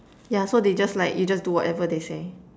yeah so they just like you just do whatever they say